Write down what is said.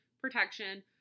protection